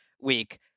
week